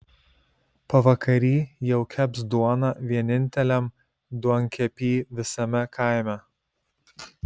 pavakary jau keps duoną vieninteliam duonkepy visame kaime